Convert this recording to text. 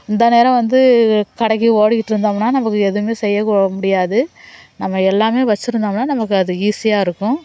இந்த நேரம் வந்து கடைக்கு ஓடிக்கிட்டு இருந்தோம்னா நமக்கு எதுவுமே செய்யமுடியாது நம்ம எல்லாமே வச்சிருந்தோம்னால் நமக்கு அது ஈஸியாக இருக்கும்